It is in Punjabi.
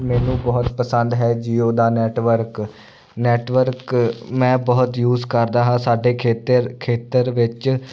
ਮੈਨੂੰ ਬਹੁਤ ਪਸੰਦ ਹੈ ਜੀਓ ਦਾ ਨੈਟਵਰਕ ਨੈਟਵਰਕ ਮੈਂ ਬਹੁਤ ਯੂਜ ਕਰਦਾ ਹਾਂ ਸਾਡੇ ਖੇਤਰ ਖੇਤਰ ਵਿੱਚ